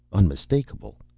unmistakable.